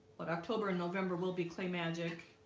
but october and november will be clay magic